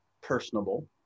personable